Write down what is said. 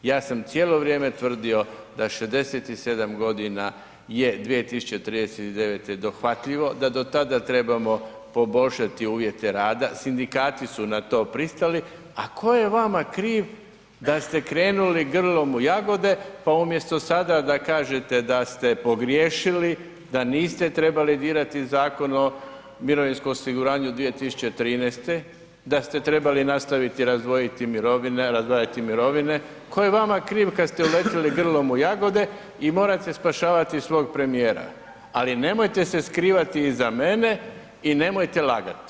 Ja sam cijelo vrijeme tvrdio da 67 godina je 2039. je dohvatljivo, da to tada trebamo poboljšati uvjete rada, sindikati su na to pristali, a tko je vama kriv da ste krenuli grlom u jagode pa umjesto sada da kažete da ste pogriješili da niste trebali dirati Zakon o mirovinskom osiguranju 2013., da ste trebali nastaviti razdvojiti mirovine, razdvajati mirovine, tko je vama kriv kad ste uletili grlom u jagode i morate spašavati svog premijera, ali nemojte se skrivati iza mene i nemojte lagati.